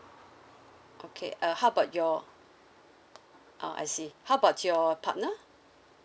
okay uh how about your ah I see how about your partner